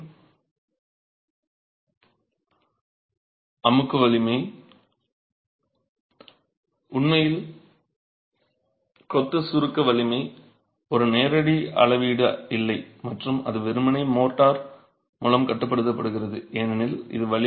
அலகின் அமுக்கு வலிமை எனவே உண்மையில் கொத்து சுருக்க வலிமை ஒரு நேரடி அளவீடு இல்லை மற்றும் அது வெறுமனே மோர்டார் மூலம் கட்டுப்படுத்தப்படுகிறது ஏனெனில்